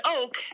oak